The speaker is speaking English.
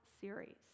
series